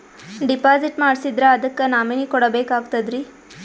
Deposit ಮಾಡ್ಸಿದ್ರ ಅದಕ್ಕ nominee ಕೊಡಬೇಕಾಗ್ತದ್ರಿ?